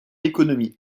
d’économies